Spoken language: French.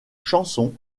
chanson